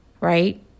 right